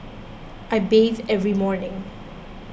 I bathe every morning